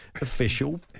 official